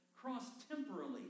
cross-temporally